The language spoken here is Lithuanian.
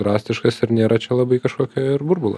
drastiškas ir nėra čia labai kaškokio ir burbulo